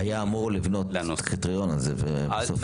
היו אמורים לבנות את הקריטריון הזה ובסוף לא.